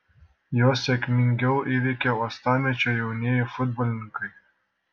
juos sėkmingiau įveikė uostamiesčio jaunieji futbolininkai